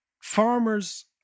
Farmers